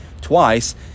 twice